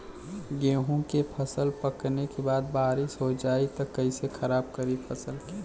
गेहूँ के फसल पकने के बाद बारिश हो जाई त कइसे खराब करी फसल के?